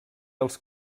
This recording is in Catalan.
els